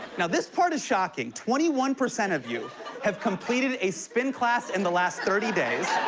now, this part is shocking. twenty one percent of you have completed a spin class in the last thirty days.